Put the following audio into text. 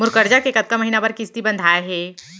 मोर करजा के कतका महीना बर किस्ती बंधाये हे?